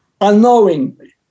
unknowingly